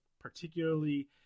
particularly